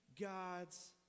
God's